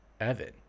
Evan